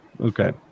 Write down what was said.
Okay